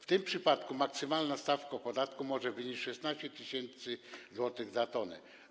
W tym przypadku maksymalna stawka podatku może wynieść 16 tys. zł za tonę.